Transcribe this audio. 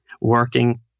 working